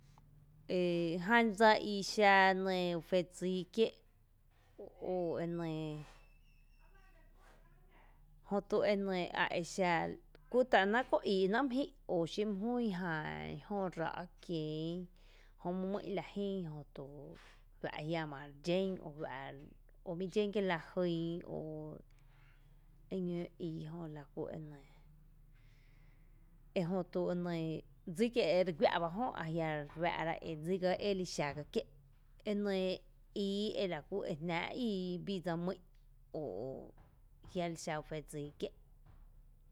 Jan dsa I xaa nɇɇ I xa ú fe dsíí kié’ o e nɇɇ jö tu e nɇɇ a exa kú ta é náá’ köö íí ná’ mý jï’ o xi my jún jan jö ráá’ kién jö my mï’n la jyy jötu juⱥ’ jiama re dxén o jiama o mi dxen kie’ lajyn oo e ñoo íí jö la kú enɇɇ eJótu enɇɇ dsí kié’ e re guⱥ’ bá jö a la dsí kié’ eli x agá kié’ enɇɇ íí e laku i jnáá’ i bii dse mý’n o o jia’ lixa ‘u fe dsíí kié’.